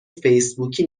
فیسبوکی